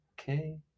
Okay